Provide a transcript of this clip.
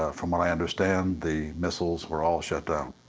ah from what i understand, the missiles were all shut down.